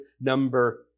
number